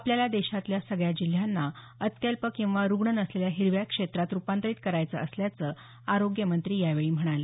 आपल्याला देशातल्या सगळ्या जिल्ह्यांना अत्यल्प किंवा रुग्ण नसलेल्या हिरव्या क्षेत्रात रुपांतरित करायचं असल्याचं केंद्रीय आरोग्य मंत्री हर्ष वर्धन यावेळी म्हणाले